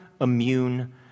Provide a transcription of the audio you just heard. immune